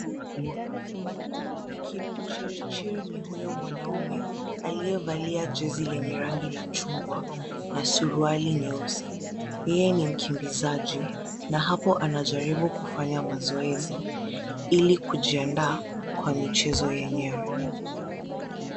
Kipchirchir ni huyo mwanaume aliyevalia jezi lenye rangi la chungwa na suruali nyeusi. Yeye ni mkimbizaji na hapo anajaribu kufanya mazoezi, ili kujiandaa kwa michezo yenyewe.